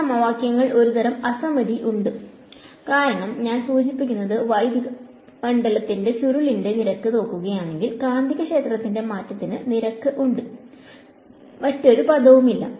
ഈ സമവാക്യങ്ങളിൽ ഒരുതരം അസമമിതിയുണ്ട് കാരണം ഞാൻ സൂചിപ്പിക്കുന്നത് വൈദ്യുത മണ്ഡലത്തിന്റെ ചുരുളിന്റെ നിരക്ക് നോക്കുകയാണെങ്കിൽ കാന്തികക്ഷേത്രത്തിന്റെ മാറ്റത്തിന്റെ നിരക്ക് ഉണ്ട് മറ്റൊരു പദവുമില്ല